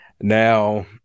Now